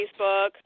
Facebook